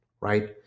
Right